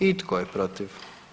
I tko je protiv?